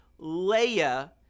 Leia